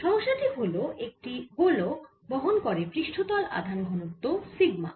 সমস্যা টি হল একটি গোলক বহন করে পৃষ্ঠতল আধান ঘনত্ব সিগমা